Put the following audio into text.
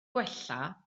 gwella